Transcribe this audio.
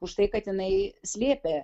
užtai kad jinai slėpė